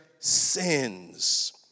sins